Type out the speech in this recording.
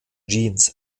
jeans